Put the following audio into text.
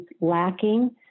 lacking